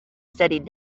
studied